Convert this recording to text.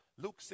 Luke